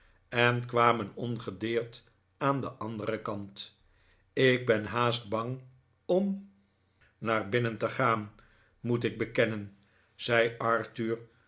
en kwamen ongedeerd aan den anderen kant ik ben haast bang om naar binnen te nikola as nickleby gaan moet ik bekennen zei arthur